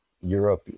Europe